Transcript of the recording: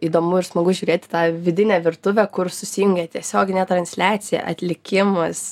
įdomu ir smagu žiūrėt į tą vidinę virtuvę kur susijungia tiesioginė transliacija atlikimas